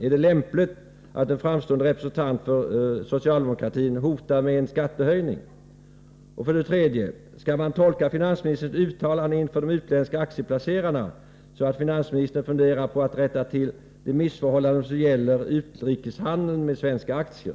Är det lämpligt att en framstående representant för socialdemokratin hotar med en skattehöjning? 3. Skall man tolka finansministerns uttalande inför de utländska aktieplacerarna så, att finansministern funderar på att rätta till de missförhållanden som gäller utrikeshandeln med svenska aktier?